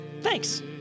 Thanks